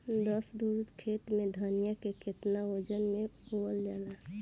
दस धुर खेत में धनिया के केतना वजन मे बोवल जाला?